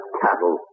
cattle